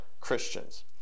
Christians